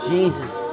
Jesus